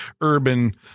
urban